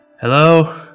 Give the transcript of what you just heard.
Hello